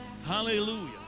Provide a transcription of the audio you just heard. Hallelujah